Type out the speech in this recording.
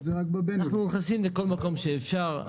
אנחנו נכנסים לכל מקום שאפשר.